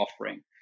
offering